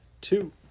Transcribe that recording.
two